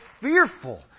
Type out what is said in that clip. fearful